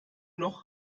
noch